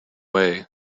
way